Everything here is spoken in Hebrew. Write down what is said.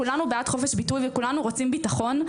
כולנו בעל חופש ביטוי וכולנו רוצים ביטחון.